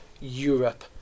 Europe